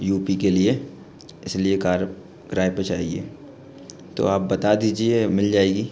you P के लिए इस लिए कार किराए पर चाहिए तो आप बता दीजिए मिल जाएगी